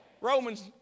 Romans